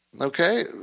Okay